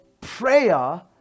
prayer